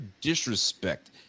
disrespect